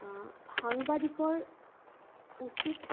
সাংবাদিকৰ উচিত